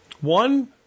One